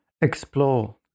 explore